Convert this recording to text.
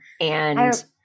and-